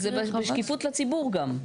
זה שקיפות לציבור גם.